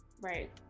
Right